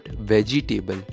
vegetable